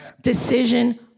decision